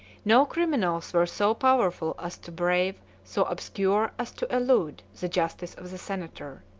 no criminals were so powerful as to brave, so obscure as to elude, the justice of the senator.